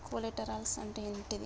Collaterals అంటే ఏంటిది?